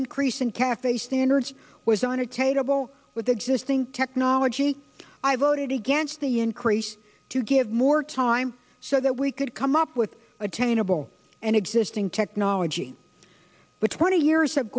increase in cafe standards was unattainable with existing technology i voted against the increase to give more time so that we could come up with attainable and existing technology but twenty years have